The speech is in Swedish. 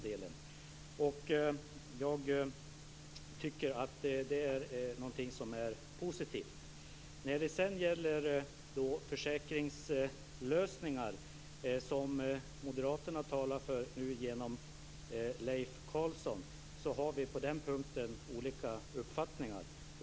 Det tycker jag är positivt. När det sedan gäller försäkringslösningar, som moderaterna genom Leif Carlson talar för, har vi olika uppfattningar.